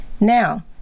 Now